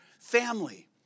family